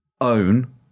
own